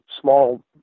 small